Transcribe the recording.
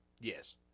Yes